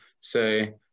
say